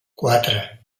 quatre